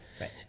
Right